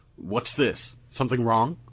what's this? something wrong?